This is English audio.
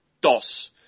DOS